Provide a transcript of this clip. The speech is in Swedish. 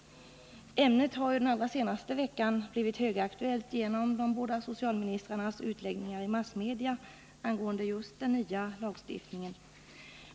Ämnet har ju den allra senaste veckan blivit högaktuellt genom de båda socialministrarnas utläggningar i massmedia angående just den nya lagstiftningen.